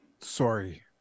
Sorry